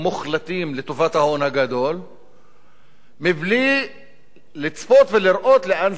ההון הגדול מבלי לצפות ולראות לאן זה יכול להוליך.